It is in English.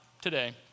today